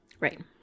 Right